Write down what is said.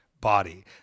body